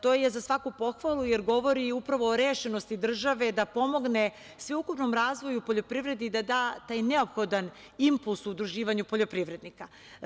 To je za svaku pohvalu, jer govori upravo o rešenosti države da pomogne sveukupnom razvoju poljoprivredi i da da taj neophodan impuls u udruživanju poljoprivrednika.